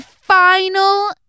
final